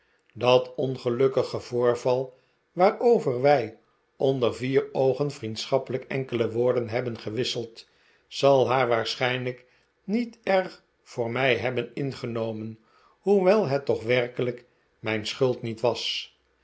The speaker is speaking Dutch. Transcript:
dat ongelukkige voorval waarover wij onder vier oogen vriendschappelijk enkele woorden hebben gewisseld zal haar waarschijnlijk niet erg voor mij hebben ingenomen hoewel het toch werkelijk mijn schuld niet was